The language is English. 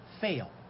fail